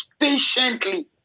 patiently